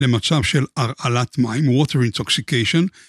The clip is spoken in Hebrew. למצב של הרעלת מים water intoxication